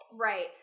Right